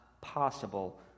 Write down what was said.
possible